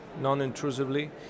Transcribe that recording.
non-intrusively